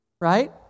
Right